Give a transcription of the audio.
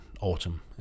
autumn